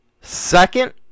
Second